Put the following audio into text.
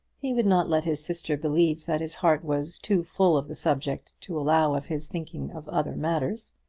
he would not let his sister believe that his heart was too full of the subject to allow of his thinking of other matters.